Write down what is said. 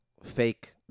Fake